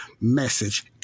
message